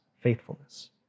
faithfulness